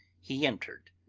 he entered,